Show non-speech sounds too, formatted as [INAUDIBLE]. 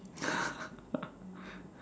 [LAUGHS]